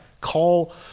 call